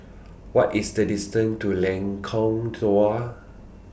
What IS The distance to Lengkong Dua